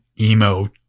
emo